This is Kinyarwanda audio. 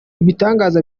ibitangaza